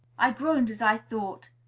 i groaned as i thought,